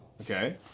okay